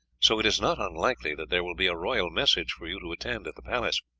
so it is not unlikely that there will be a royal message for you to attend at the palace.